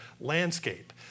landscape